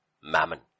mammon